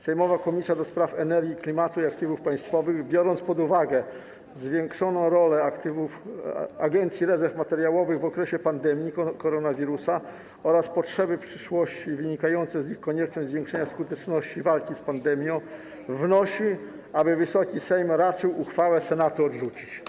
Sejmowa Komisja do Spraw Energii, Klimatu i Aktywów Państwowych, biorąc pod uwagę zwiększoną rolę Agencji Rezerw Materiałowych w okresie pandemii koronawirusa oraz potrzeby przyszłości wynikające z konieczność zwiększenia skuteczności walki z pandemią, wnosi, aby Wysoki Sejm raczył uchwałę Senatu odrzucić.